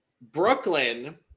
Brooklyn